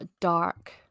dark